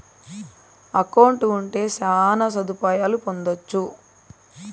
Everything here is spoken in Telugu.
అకౌంట్ ఉంటే శ్యాన సదుపాయాలను పొందొచ్చు